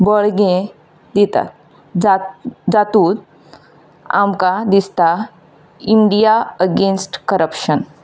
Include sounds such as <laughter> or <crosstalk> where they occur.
बळगें दितात <unintelligible> जातूंत आमकां दिसता इंडिया अगेन्स्ट करपशन